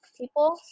people